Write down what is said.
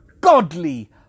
godly